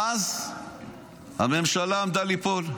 ואז הממשלה עמדה ליפול,